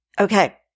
Okay